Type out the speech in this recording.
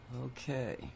Okay